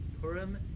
Purim